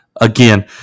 again